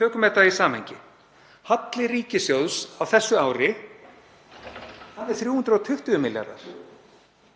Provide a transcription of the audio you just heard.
Tökum þetta í samhengi. Halli ríkissjóðs á þessu ári er 320 milljarðar.